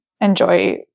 enjoy